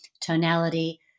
tonality